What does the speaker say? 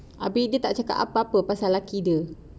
habis dia tak cakap apa-apa pasal lelaki dia